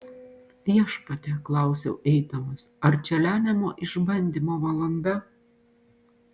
viešpatie klausiau eidamas ar čia lemiamo išbandymo valanda